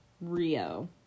Rio